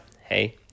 hey